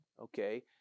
okay